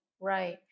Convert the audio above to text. Right